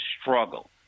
struggle